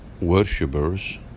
worshippers